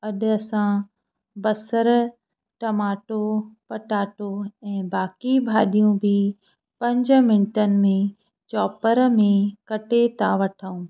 अॼु असां बसरु टमाटो पटाटो ऐं बाक़ी भाॼियूं बि पंज मिंटनि में चोपर में कटे था वठूं